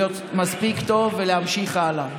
להיות מספיק טוב ולהמשיך הלאה.